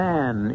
Man